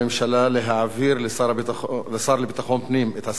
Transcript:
להעביר לשר לביטחון פנים את הסמכות הנתונה